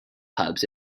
hubs